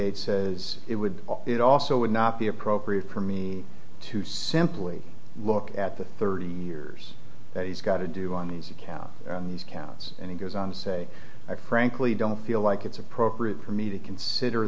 eight says it would it also would not be appropriate for me to simply look at the thirty years that he's got to do on these counts and he goes on to say i frankly don't feel like it's appropriate for me to consider